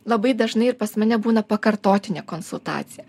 labai dažnai ir pas mane būna pakartotinė konsultacija